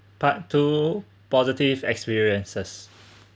part two positive experiences